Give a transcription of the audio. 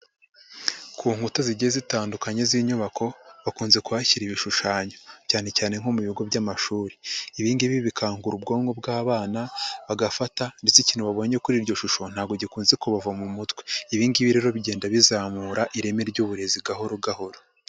Ku nkuta zigiye zitandukanye z'inyubako, bakunze kuhashyira ibishushanyo, cyane cyane nko mu bigo by'amashuri. Ibi ngibi bikangura ubwonko bw'abana bagafata ndetse ikintu babonye kuri iryo shusho ntabwo gikunze kubava mu mutwe. Ibi ngibi rero bigenda bizamura ireme ry'uburezi gahoro gahoro.